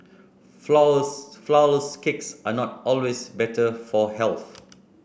flour less flour less cakes are not always better for health